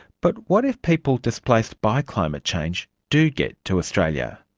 but what if people displaced by climate change do get to australia?